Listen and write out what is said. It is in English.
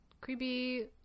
Creepy